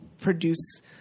produce